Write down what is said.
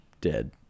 dead